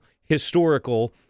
historical